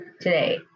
today